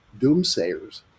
doomsayers